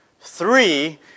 Three